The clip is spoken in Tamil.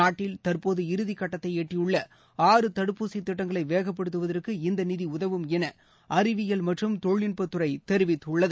நாட்டில் தற்போது இறுதி கட்டத்தை எட்டியுள்ள ஆறு தடுப்பூசி திட்டங்களை வேகப்படுத்துவதற்கு இந்த நிதி உதவும் என அறிவியல் மற்றும் தொழில்நுட்பத்துறை தெரிவித்துள்ளது